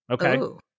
okay